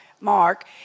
Mark